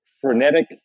frenetic